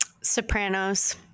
sopranos